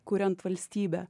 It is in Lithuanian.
kuriant valstybę